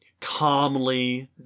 calmly